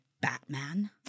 batman